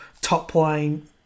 top-line